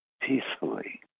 peacefully